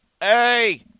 hey